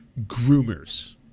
groomers